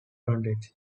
advantage